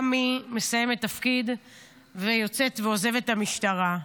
גם היא מסיימת תפקיד ויוצאת ועוזבת את המשטרה.